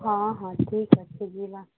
ହଁ ହଁ ଠିକଅଛି ଯିବା